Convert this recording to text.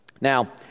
Now